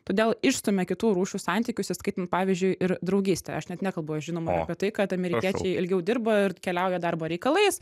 todėl išstumia kitų rūšių santykius įskaitant pavyzdžiui ir draugystę aš net nekalbu žinoma apie tai kad amerikiečiai ilgiau dirba ir keliauja darbo reikalais